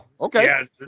okay